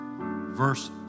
verse